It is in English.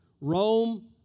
Rome